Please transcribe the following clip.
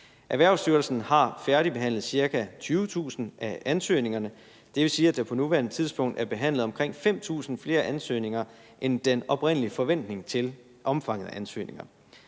Erhvervsstyrelsen har færdigbehandlet ca. 20.000 af ansøgningerne, og det vil sige, at der på nuværende tidspunkt er behandlet omkring 5.000 flere ansøgninger, end hvad den oprindelige forventning til omfanget af ansøgninger